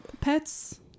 Pets